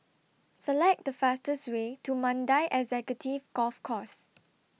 Select The fastest Way to Mandai Executive Golf Course